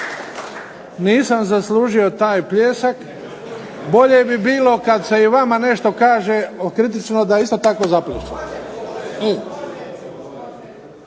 Nisam zaslužio taj pljesak, bolje bi bilo kad se i vama nešto kaže kritično da isto tako zaplješćete.